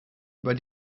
über